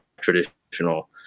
traditional